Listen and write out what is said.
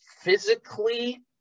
physically